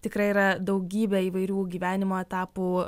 tikrai yra daugybė įvairių gyvenimo etapų